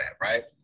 right